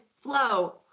flow